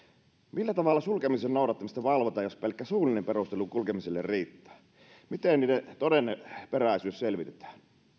millä tavalla sulkemisen noudattamista valvotaan jos pelkkä suullinen perustelu kulkemiselle riittää miten niiden todenperäisyys selvitetään